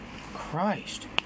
Christ